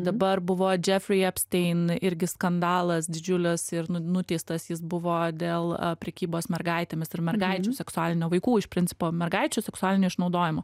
dabar buvo džefri epstyn irgi skandalas didžiulis ir nu nuteistas jis buvo dėl prekybos mergaitėmis ir mergaičių seksualinio vaikų iš principo mergaičių seksualinio išnaudojimo